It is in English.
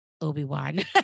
Obi-Wan